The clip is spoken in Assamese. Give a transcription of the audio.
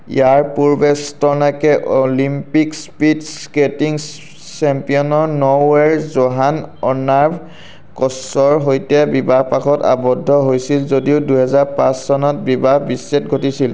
ইয়াৰ পূৰ্বে ষ্ট্ৰ'নাকে অলিম্পিক স্পীড স্কেটিং চেম্পিয়ন নৰৱে'ৰ জোহান অলাভ কছৰ সৈতে বিবাহপাশত আবদ্ধ হৈছিল যদিও দুহেজাৰ পাঁচ চনত বিবাহ বিচ্ছেদ ঘটিছিল